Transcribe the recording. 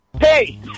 Hey